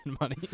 money